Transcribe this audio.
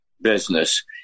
business